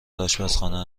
آشپزخانه